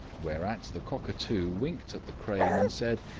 whereat the cockatoo winked at the crane, and said,